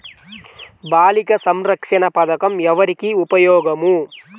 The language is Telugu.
బాలిక సంరక్షణ పథకం ఎవరికి ఉపయోగము?